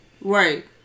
right